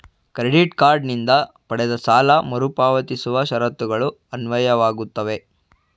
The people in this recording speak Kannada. ಕ್ರೆಡಿಟ್ ಕಾರ್ಡ್ ನಿಂದ ಪಡೆದ ಸಾಲ ಮರುಪಾವತಿಸುವ ಷರತ್ತುಗಳು ಅನ್ವಯವಾಗುತ್ತವೆ